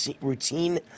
routine